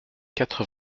quatre